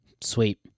Sweet